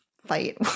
fight